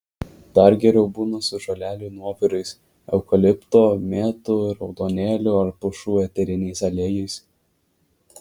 dar geriau būna su žolelių nuovirais eukalipto mėtų raudonėlių ar pušų eteriniais aliejais